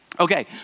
Okay